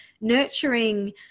nurturing